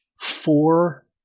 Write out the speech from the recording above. four